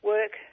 Work